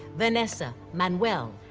vanessa, manuel,